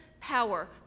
power